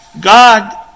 God